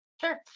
Sure